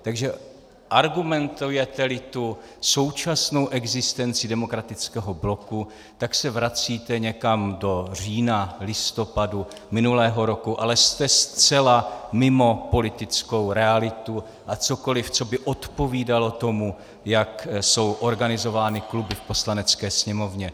Takže argumentujeteli tu současnou existencí Demokratického bloku, tak se vracíte někam do října, listopadu minulého roku, ale jste zcela mimo politickou realitu a cokoli, co by odpovídalo tomu, jak jsou organizovány kluby v Poslanecké sněmovně.